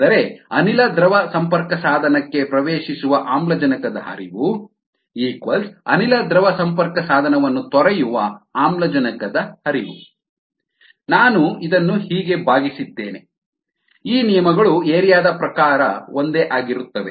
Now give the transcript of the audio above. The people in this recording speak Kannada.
ಅಂದರೆ ಅನಿಲ ದ್ರವ ಸಂಪರ್ಕಸಾಧನಕ್ಕೆ ಪ್ರವೇಶಿಸುವ ಆಮ್ಲಜನಕದ ಹರಿವು ಅನಿಲ ದ್ರವ ಸಂಪರ್ಕಸಾಧನವನ್ನು ತೊರೆಯುವ ಆಮ್ಲಜನಕದ ಹರಿವು ನಾನು ಇದನ್ನು ಈಗ ಭಾಗಿಸಿದ್ದೇನೆ ಈ ನಿಯಮಗಳು ಏರಿಯಾದ ಪ್ರಕಾರ ಒಂದೇ ಆಗಿರುತ್ತವೆ